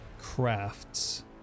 Crafts